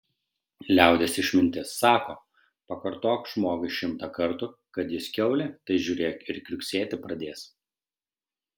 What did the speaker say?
liaudies išmintis sako pakartok žmogui šimtą kartų kad jis kiaulė tai žiūrėk ir kriuksėti pradės